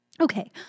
Okay